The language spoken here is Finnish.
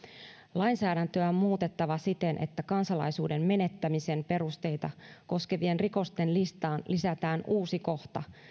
lainsäädäntöä on muutettava siten että kansalaisuuden menettämisen perusteita koskevien rikosten listaan lisätään uusi kohta